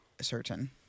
certain